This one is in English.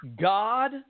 God